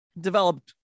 developed